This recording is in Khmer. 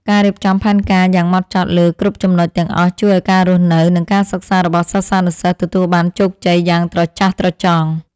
ការរៀបចំផែនការយ៉ាងហ្មត់ចត់លើគ្រប់ចំណុចទាំងអស់ជួយឱ្យការរស់នៅ និងការសិក្សារបស់សិស្សានុសិស្សទទួលបានជោគជ័យយ៉ាងត្រចះត្រចង់។